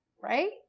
right